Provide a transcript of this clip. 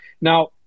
Now